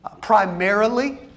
Primarily